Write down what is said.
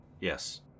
Yes